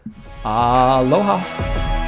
Aloha